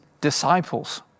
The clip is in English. disciples